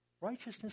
Righteousness